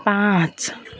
पाँच